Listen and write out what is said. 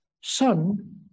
son